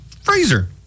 freezer